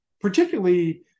particularly